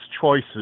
choices